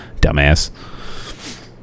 Dumbass